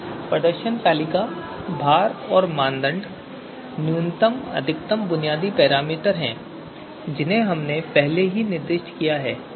तो प्रदर्शन तालिका भार और मानदंड न्यूनतम अधिकतम बुनियादी पैरामीटर हैं जिन्हें हमने पहले ही निर्दिष्ट किया है